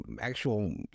actual